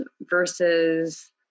versus